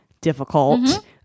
difficult